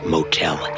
Motel